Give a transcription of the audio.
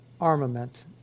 armament